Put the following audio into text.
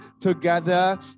together